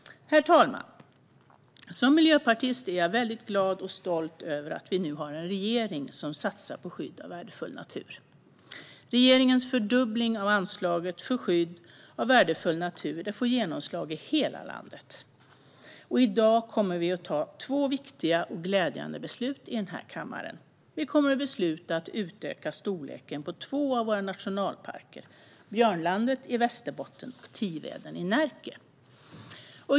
Herr talman! Som miljöpartist är jag väldigt glad och stolt över att vi nu har en regering som satsar på skydd av värdefull natur. Regeringens fördubbling av anslaget för skydd av värdefull natur får genomslag i hela landet. I dag kommer vi att ta två viktiga och glädjande beslut i den här kammaren. Vi kommer att besluta att utöka storleken på två av våra nationalparker, Björnlandet i Västerbotten och Tiveden i Närke.